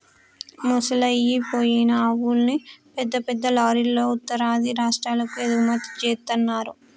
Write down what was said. ముసలయ్యి అయిపోయిన ఆవుల్ని పెద్ద పెద్ద లారీలల్లో ఉత్తరాది రాష్టాలకు ఎగుమతి జేత్తన్నరు